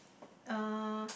uh